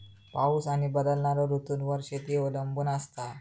पाऊस आणि बदलणारो ऋतूंवर शेती अवलंबून असता